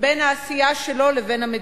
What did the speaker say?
בין העשייה שלו לבין המדינה.